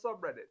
subreddit